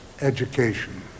education